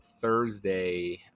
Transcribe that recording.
Thursday